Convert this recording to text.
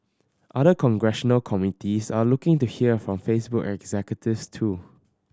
other congressional committees are looking to hear from Facebook executives too